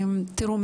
תראו,